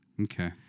Okay